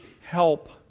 Help